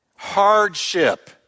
hardship